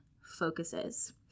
focuses